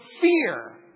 fear